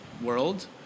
world